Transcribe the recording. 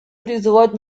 призвать